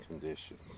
conditions